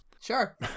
Sure